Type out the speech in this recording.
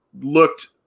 looked